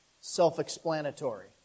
self-explanatory